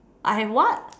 I have what